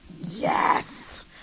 Yes